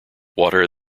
water